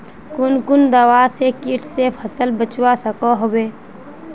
कुन कुन दवा से किट से फसल बचवा सकोहो होबे?